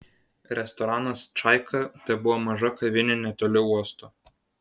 restoranas čaika tebuvo maža kavinė netoli uosto